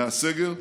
מהסגר.